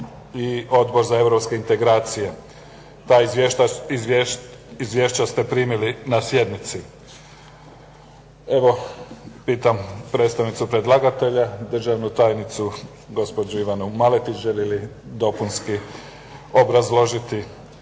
i Odbor za europske integracije. Ta izvješća ste primili na sjednici. Evo pitam predstavnicu predlagatelja, državnu tajnicu gospođu Ivanu Maletić, želi li dopunski obrazložiti